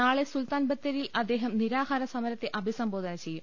നാളെ സുൽത്താൻ ബത്തേരിയിൽ അദ്ദേഹം നിരാഹാര സമരത്തെ അഭിസംബോധന ചെയ്യും